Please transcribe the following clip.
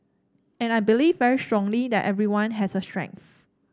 and I believe very strongly that everyone has a strength